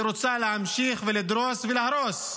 היא רוצה להמשיך ולדרוס ולהרוס.